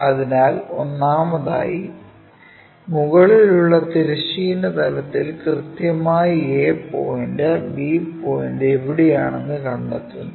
അതിനാൽ ഒന്നാമതായി മുകളിലുള്ള തിരശ്ചീന തലത്തിൽ കൃത്യമായി A പോയിന്റ് B പോയിന്റ് എവിടെയാണെന്ന് കണ്ടെത്തുന്നു